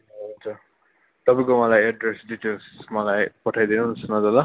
हुन्छ तपाईँको मलाई एड्रेस डिटेल्स मलाई पठाइ दिनुहोस् न त ल